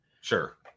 Sure